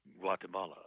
Guatemala